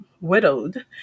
widowed